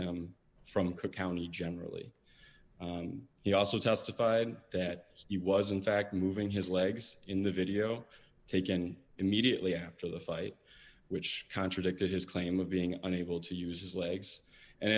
him from cook county generally he also testified that he was in fact moving his legs in the video taken immediately after the fight which contradicted his claim of being unable to use his legs and